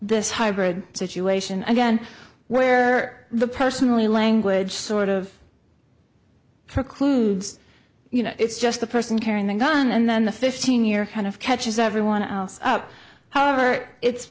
this hybrid situation again where the personally language sort of precludes you know it's just the person carrying the gun and then the fifteen year kind of catches everyone else up however it's